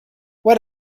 what